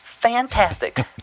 fantastic